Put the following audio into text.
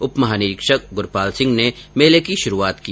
उप महानिरीक्षक गुरूपाल सिंह ने मेले की शुरूआत की